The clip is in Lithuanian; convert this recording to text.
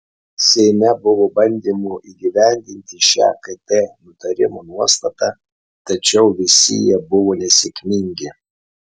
seime buvo bandymų įgyvendinti šią kt nutarimo nuostatą tačiau visi jie buvo nesėkmingi